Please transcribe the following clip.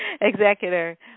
executor